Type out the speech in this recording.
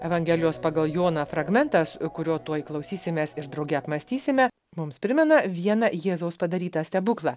evangelijos pagal joną fragmentas kurio tuoj klausysimės ir drauge apmąstysime mums primena vieną jėzaus padarytą stebuklą